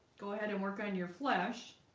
go ahead and work on your flesh